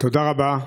תודה רבה.